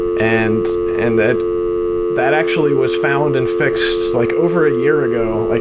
and and that that actually was found and fixed like over a year ago, like